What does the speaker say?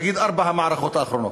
נגיד ארבע המערכות האחרונות.